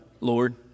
Lord